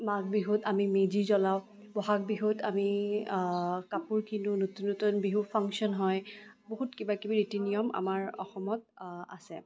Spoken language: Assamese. মাঘ বিহুত আমি মেজি জ্বলাওঁ বহাগ বিহুত আমি কাপোৰ কিনো নতুন নতুন বিহু ফাংশ্যন হয় বহুত কিবা কিবি নীতি নিয়ম আমাৰ অসমত আছে